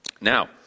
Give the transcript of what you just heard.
Now